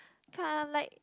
kind of like